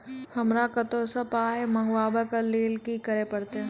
हमरा कतौ सअ पाय मंगावै कऽ लेल की करे पड़त?